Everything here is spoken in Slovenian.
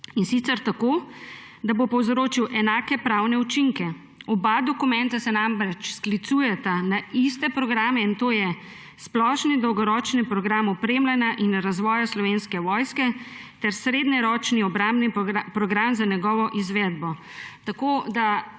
in sicer tako, da bo povzročil enake pravne učinke. Oba dokumenta se namreč sklicujeta na iste programe, in to je splošni dolgoročni program opremljanja in razvoja Slovenske vojske ter srednjeročni obrambni program za njegovo izvedbo.